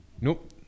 Nope